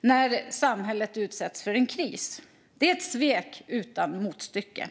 när samhället utsätts för en kris. Det är ett svek utan motstycke.